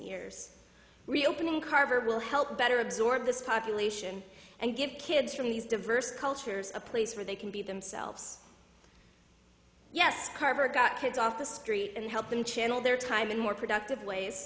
years reopening carver will help better absorb this population and give kids from these diverse cultures a place where they can be themselves yes carver got kids off the street and helped them channel their time in more productive ways